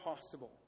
possible